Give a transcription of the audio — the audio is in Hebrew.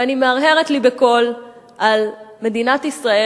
ואני מהרהרת לי בקול על מדינת ישראל,